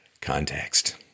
context